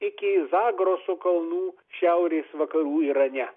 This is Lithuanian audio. iki zagroso kalnų šiaurės vakarų irane